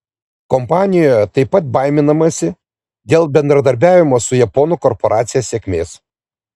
kompanijoje taip pat baiminamasi dėl bendradarbiavimo su japonų korporacija sėkmės